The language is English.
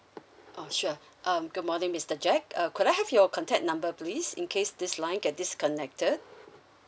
uh sure um good morning mister jack uh could I have your contact number please in case this line get disconnected